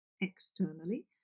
externally